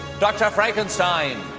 dr. frankenstein,